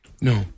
No